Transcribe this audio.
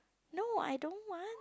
no I don't want